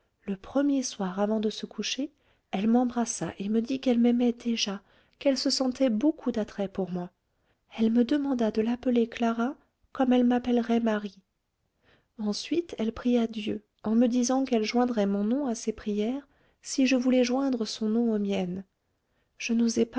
le premier soir avant de se coucher elle m'embrassa et me dit qu'elle m'aimait déjà qu'elle se sentait beaucoup d'attrait pour moi elle me demanda de l'appeler clara comme elle m'appellerait marie ensuite elle pria dieu en me disant qu'elle joindrait mon nom à ses prières si je voulais joindre son nom aux miennes je n'osai pas